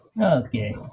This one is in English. Okay